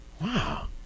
Wow